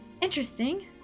interesting